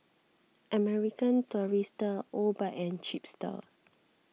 American Tourister Obike and Chipster